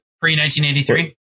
Pre-1983